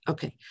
Okay